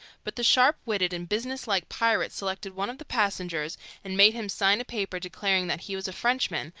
but the sharp-witted and business-like pirate selected one of the passengers and made him sign a paper declaring that he was a frenchman,